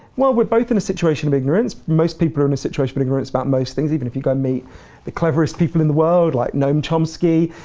well, we're both in a situation of ignorance, most people are in a situation of ignorance about most things, even if you got me the cleverest people in the world, like noam chomsky,